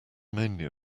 mainly